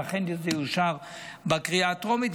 אם אכן זה יאושר בקריאה הטרומית,